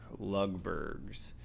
lugbergs